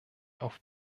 auf